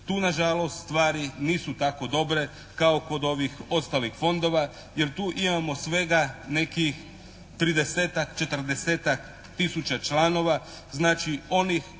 Tu nažalost stvari nisu tako dobre kao kod ovih ostalih fondova jer tu imamo svega nekih 30-tak, 40-tak tisuća članova. Znači onih koji